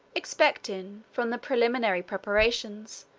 expecting, from the preliminary preparations,